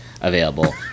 available